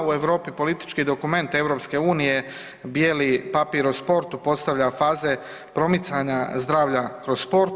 U Europi politički dokument EU Bijeli papir o sportu postavlja faze promicanja zdravlja kroz sport.